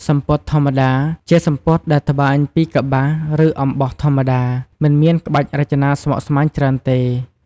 សំពត់ធម្មតា ជាសំពត់ដែលត្បាញពីកប្បាស ឬអំបោះធម្មតា មិនមានក្បាច់រចនាស្មុគស្មាញច្រើនទេ។